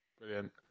brilliant